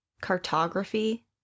cartography